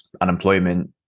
unemployment